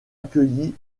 accueillies